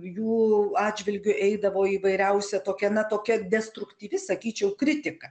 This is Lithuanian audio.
jų atžvilgiu eidavo įvairiausia tokia na tokia destruktyvi sakyčiau kritika